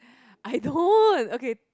I don't okay